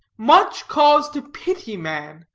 much cause to pity man,